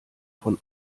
von